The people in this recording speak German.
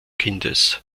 kindes